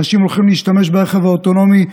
אנשים הולכים להשתמש ברכב האוטונומי,